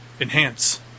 Enhance